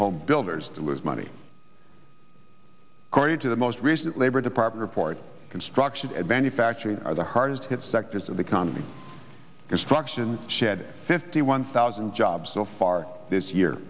home builders to lose money according to the most recent labor department report construction and manufacturing are the hardest hit sectors of the concrete construction shed fifty one thousand jobs so far this year